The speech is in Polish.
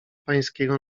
pańskiego